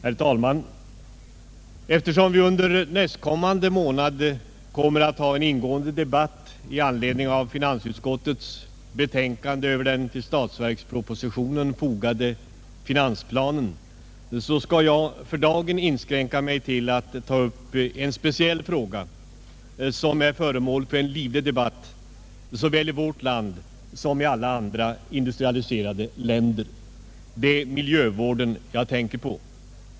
Herr talman! Eftersom vi under nästkommande månad kommer att ha en ingående debatt i anledning av finansutskottets betänkande över den till statsverkspropositionen fogade finansplanen, skall jag för dagen inskränka mig till att ta upp en speciell fråga som är föremål för en livlig debatt såväl i vårt land som i alla andra industrialiserade länder. Det är miljövården jag tänker på.